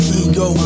ego